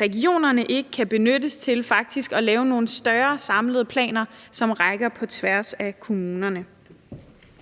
regionerne ikke kan benyttes til faktisk at lave nogle større samlede planer, som rækker på tværs af kommunerne.